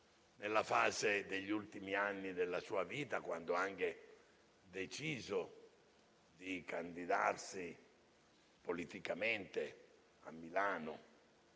nella fase degli ultimi anni della sua vita, quando aveva deciso di candidarsi politicamente a Milano